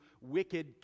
wicked